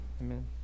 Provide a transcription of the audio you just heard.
Amen